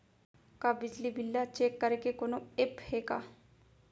का बिजली बिल ल चेक करे के कोनो ऐप्प हे का?